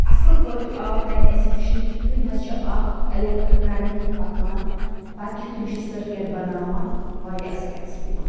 اصٕل پٲٹھۍ آو تَتہِ اسہِ وُچھنہٕ کِتھ کٔنۍ حظ چھِ اَکھ الیٚکٹِرٛک کَرَنٹہٕ پَکان پَتہٕ کِتھ کٔنۍ چھُ یہِ سٔرکیٚٹ بَناوان واریاہ اصٕل ایٚکٕسپیٖریَنٕس